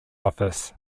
office